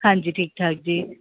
ਹਾਂਜੀ ਠੀਕ ਠਾਕ ਜੀ